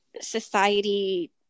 society